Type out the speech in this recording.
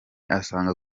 asanga